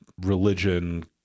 religion